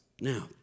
Now